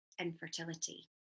infertility